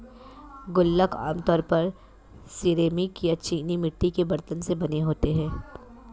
गुल्लक आमतौर पर सिरेमिक या चीनी मिट्टी के बरतन से बने होते हैं